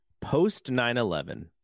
post-9-11